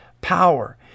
power